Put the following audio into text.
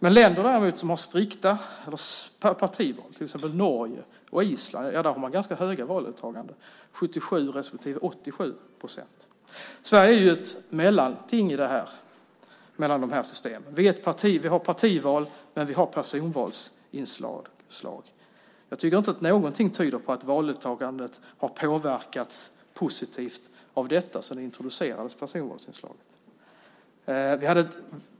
I länder med strikta partival, till exempel i Norge och på Island, är valdeltagandet däremot ganska högt, 77 procent respektive 87 procent. Sverige är ett mellanting mellan dessa system. Vi har ett partival, men vi har personvalsinslag. Jag tycker inte att någonting tyder på att valdeltagandet har påverkats positivt sedan personvalsinslaget introducerades.